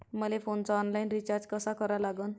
मले फोनचा online recharge कसा करा लागन?